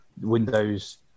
Windows